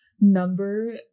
number